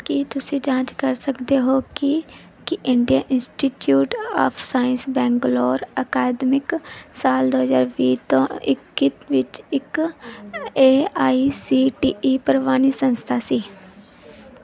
ਕੀ ਤੁਸੀਂ ਜਾਂਚ ਕਰ ਸਕਦੇ ਹੋ ਕਿ ਕੀ India Institute of Science Bangalore ਅਕਾਦਮਿਕ ਸਾਲ ਦੋ ਹਜ਼ਾਰ ਵੀਹ ਤੋਂ ਇੱਕੀ ਵਿੱਚ ਇੱਕ A I C T E ਪ੍ਰਵਾਨੀ ਸੰਸਥਾ ਸੀ